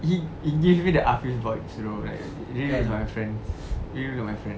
he he gives me the afif vibes you know right really is my friends really look my friends